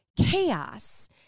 chaos